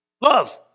love